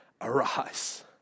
arise